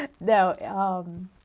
no